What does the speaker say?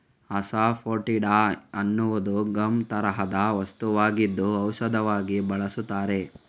asafoetida ಅನ್ನುವುದು gum ತರಹದ ವಸ್ತುವಾಗಿದ್ದು ಔಷಧವಾಗಿ ಬಳಸುತ್ತಾರೆ